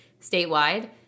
statewide